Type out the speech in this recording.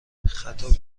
خطاب